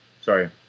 sorry